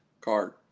card